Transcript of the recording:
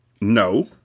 No